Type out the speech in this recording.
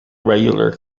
regular